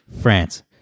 France